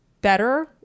better